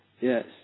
Yes